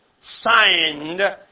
signed